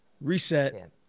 reset